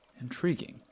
Intriguing